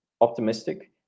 optimistic